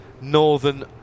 Northern